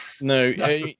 no